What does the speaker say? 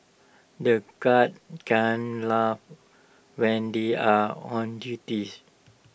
the guards can laugh when they are on duties